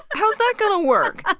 how is that going to work?